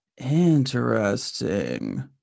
Interesting